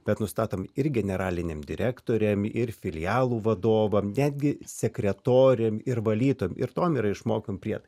bet nustatome ir generaliniam direktoriui ir filialų vadovams netgi sekretoriams ir valytojams ir tam ir išmokant priedą